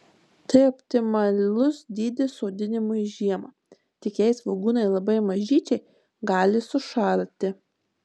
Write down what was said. tai optimalus dydis sodinimui žiemą tik jei svogūnai labai mažyčiai gali sušalti